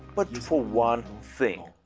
but for one thing.